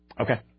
Okay